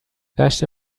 دشت